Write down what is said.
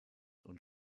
und